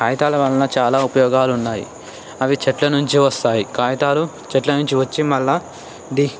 కాగితాల వలన చాలా ఉపయోగాలు ఉన్నాయి అవి చెట్ల నుంచి వస్తాయి కాగితాలు చెట్ల నుంచి వచ్చి మళ్ళా